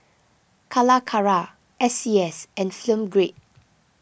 Calacara S C S and Film Grade